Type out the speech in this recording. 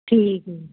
ਠੀਕ ਜੀ